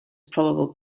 probable